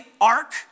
ark